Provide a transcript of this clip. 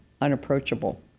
unapproachable